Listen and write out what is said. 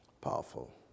powerful